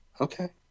Okay